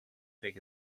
big